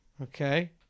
Okay